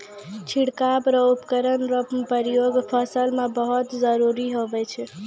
छिड़काव रो उपकरण रो प्रयोग फसल मे बहुत जरुरी हुवै छै